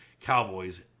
Cowboys